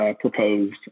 proposed